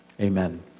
Amen